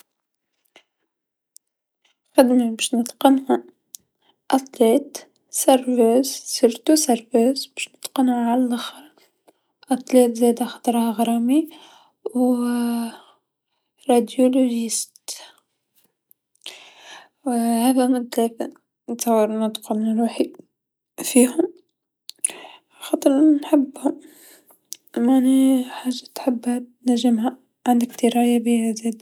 خدما باش نتقنها رياضيه، نادله، خاصة نادله باش نتقنها على لاخر، رياضيه زادا خاطر راها غرامي و أخاصي أشعه و هذو هوما ثلاثه، نتصور نتقن روحي فيهم خاطر نحبهم، ماني حاجه تحبها تنجمها عندك درايه بيها زادا.